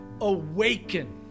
awaken